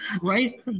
right